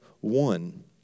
one